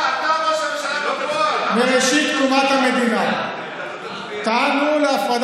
הוא מגן על ערבים, על מסתננים ועל